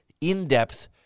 in-depth